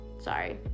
sorry